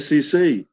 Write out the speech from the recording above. SEC